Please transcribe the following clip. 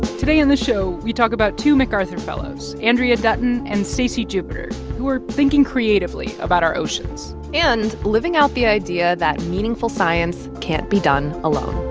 today in the show, we talk about two macarthur fellows andrea dutton and stacy jupiter who are thinking creatively about our oceans and living out the idea that meaningful science can't be done alone